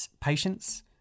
patience